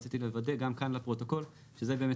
רציתי לוודא גם כאן לפרוטוקול שזה באמת